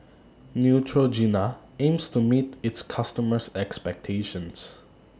Neutrogena aims to meet its customers' expectations